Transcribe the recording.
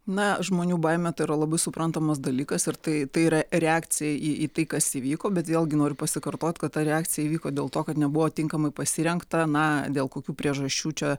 na žmonių baimė tai yra labai suprantamas dalykas ir tai tai yra reakcijai į į tai kas įvyko bet vėlgi noriu pasikartoti kad ta reakcija įvyko dėl to kad nebuvo tinkamai pasirengta na dėl kokių priežasčių čia